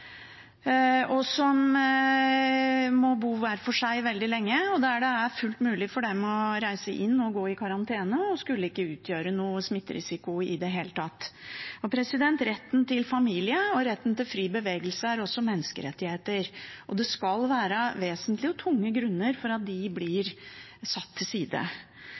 og som må bo hver for seg veldig lenge, der det er fullt mulig for folk å reise inn og gå i karantene og ikke skulle utgjøre noen smitterisiko i det hele tatt. Retten til familie og retten til fri bevegelse er også menneskerettigheter, og det skal vesentlige og tunge grunner til for at de blir satt til side.